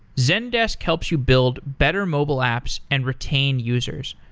zendesk helps you build better mobile apps and retain users.